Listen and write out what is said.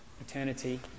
eternity